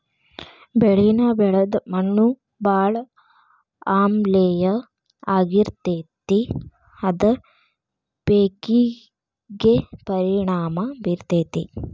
ಬೆಳಿನ ಬೆಳದ ಮಣ್ಣು ಬಾಳ ಆಮ್ಲೇಯ ಆಗಿರತತಿ ಅದ ಪೇಕಿಗೆ ಪರಿಣಾಮಾ ಬೇರತತಿ